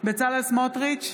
בצלאל סמוטריץ'